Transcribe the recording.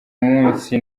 munsi